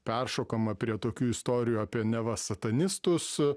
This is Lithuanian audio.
peršokama prie tokių istorijų apie neva satanistus